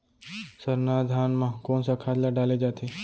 सरना धान म कोन सा खाद ला डाले जाथे?